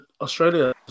Australia